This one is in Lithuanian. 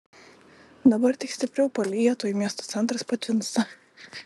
dabar tik stipriau palyja tuoj miesto centras patvinsta